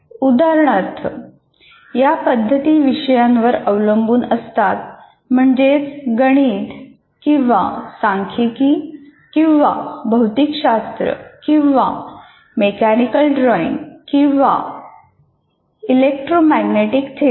उदाहरणार्थ या पद्धती विषयांवर अवलंबून असतात म्हणजे गणित किंवा सांख्यिकी किंवा भौतिक शास्त्र किंवा मेकॅनिकल ड्रॉईंग किंवा इलेक्ट्रोमॅग्नेटिक थिअरी